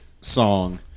song